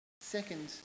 Second